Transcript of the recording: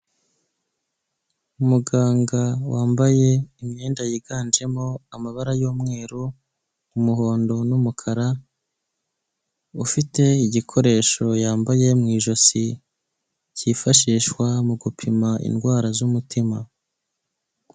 Umuganga wambaye imyenda yiganjemo amabara y'umweru umuhondo, n'umukara ufite igikoresho yambaye mu ijosi cyifashishwa mu gupima indwara z'umutima.